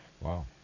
Wow